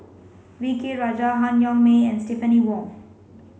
V K Rajah Han Yong May and Stephanie Wong